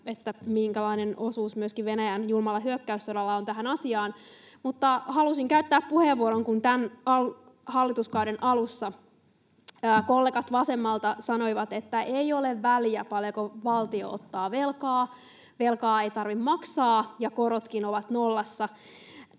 minkälainen osuus myöskin Venäjän julmalla hyökkäyssodalla on tähän asiaan. Mutta halusin käyttää puheenvuoron, kun tämän hallituskauden alussa kollegat vasemmalta sanoivat, että ei ole väliä, paljonko valtio ottaa velkaa, velkaa ei tarvitse maksaa ja korotkin ovat nollassa.